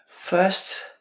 first